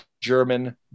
German